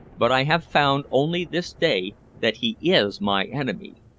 but i have found only this day that he is my enemy.